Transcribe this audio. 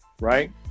right